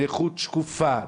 נכות שקופה,